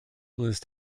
list